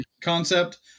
concept